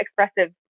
expressive